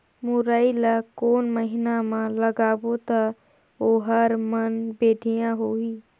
मुरई ला कोन महीना मा लगाबो ता ओहार मान बेडिया होही?